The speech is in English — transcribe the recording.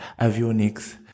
avionics